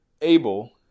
able